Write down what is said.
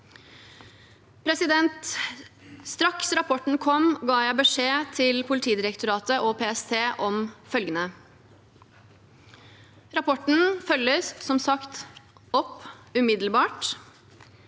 Straks rapporten kom, ga jeg beskjed til Politidirektoratet og PST om følgende: – Rapporten følges, som sagt, opp umiddelbart.